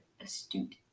astute